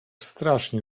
strasznie